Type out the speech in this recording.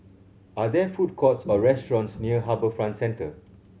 are there food courts or restaurants near HarbourFront Centre